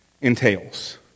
entails